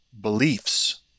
beliefs